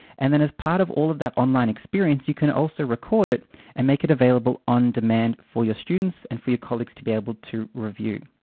and then as part of all of that online experience, you can also record it and make it available on-demand for your students and for your colleagues to be able to review.